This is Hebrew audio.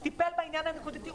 טיפול נקודתי,